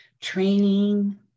training